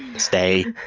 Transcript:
stay!